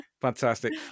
fantastic